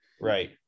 right